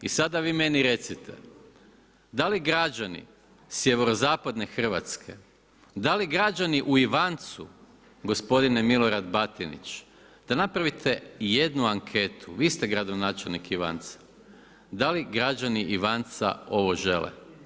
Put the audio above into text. I sada vi meni recite, da li građani sjeverozapadne Hrvatske, da li građani u Ivancu, gospodine Milorad Batinić, da napravite i jednu anketu, vi ste gradonačelnik Ivanca, da li građani Ivanca ovo žele?